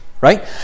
Right